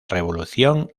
revolución